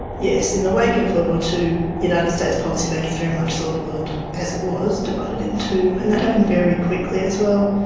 yes, in the wake of world war ii, united states policymakers very much saw the world as it was, divided in two, and that happened very quickly as well.